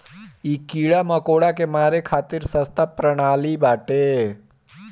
इ कीड़ा मकोड़ा के मारे खातिर सस्ता प्रणाली बाटे